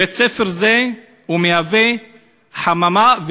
בית-ספר זה מהווה חממה,